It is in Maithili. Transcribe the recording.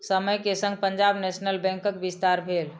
समय के संग पंजाब नेशनल बैंकक विस्तार भेल